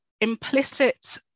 implicit